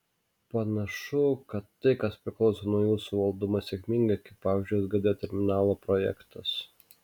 panašu kad tai kas priklauso nuo jūsų valdoma sėkmingai kaip pavyzdžiui sgd terminalo projektas